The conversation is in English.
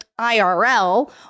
IRL